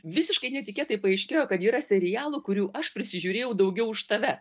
visiškai netikėtai paaiškėjo kad yra serialų kurių aš prisižiūrėjau daugiau už tave